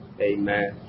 Amen